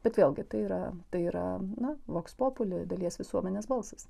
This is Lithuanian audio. bet vėlgi tai yra tai yra na voks populi dalies visuomenės balsas